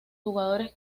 jugadores